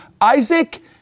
Isaac